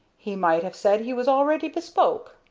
he might have said he was already bespoke.